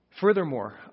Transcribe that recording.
Furthermore